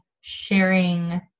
sharing